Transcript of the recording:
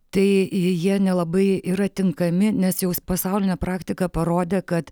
tai jie nelabai yra tinkami nes jau pasaulinė praktika parodė kad